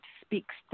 speaks